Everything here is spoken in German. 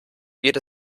geht